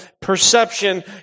perception